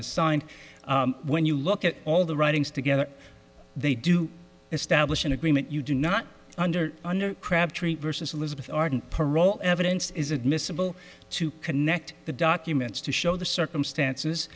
is signed when you look at all the writings together they do establish an agreement you do not under under crabtree versus elizabeth arden parole evidence is admissible to connect the documents to show the circumstances